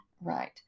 Right